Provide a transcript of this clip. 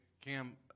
Cam